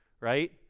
Right